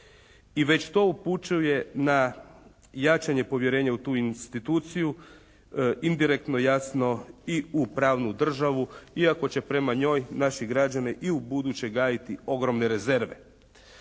I već to upućuje na jačanje povjerenja u tu instituciju, indirektno jasno i u pravnu državu. Iako će prema njoj naši građani i u buduće gajiti ogromne rezerve.